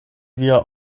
wir